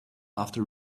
after